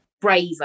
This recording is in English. braver